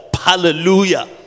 Hallelujah